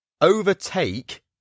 overtake